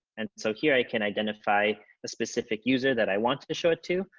and so here i can identify a specific user that i wanted to show it to,